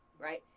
right